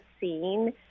scene